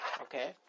Okay